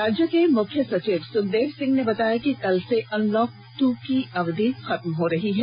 राज्य के मुख्य सचिव सुखदेव सिंह ने बताया कि कल से अनलॉक ट् की अवधि खत्म हो रही है